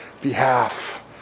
behalf